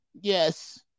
Yes